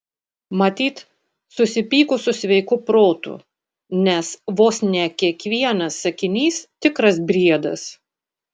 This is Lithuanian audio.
matyt susipykus su sveiku protu nes vos ne kiekvienas sakinys tikras briedas